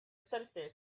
service